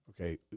Okay